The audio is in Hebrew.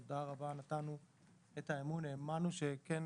תודה רבה, נתנו את האמון, האמנו שכן